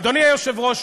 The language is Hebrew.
אדוני היושב-ראש,